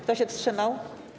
Kto się wstrzymał?